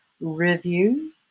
review